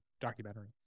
documentary